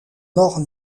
mort